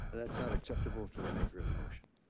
that's not acceptable to the maker of the motion.